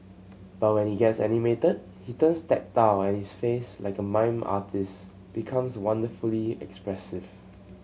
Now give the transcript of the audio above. but when he gets animated he turns tactile and his face like a mime artist's becomes wonderfully expressive